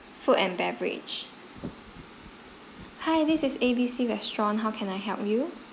food and beverage hi this is A_B_C restaurant how can I help you